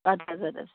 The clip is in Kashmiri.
اَدٕ حظ اَدٕ حظ